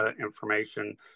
information